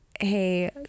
hey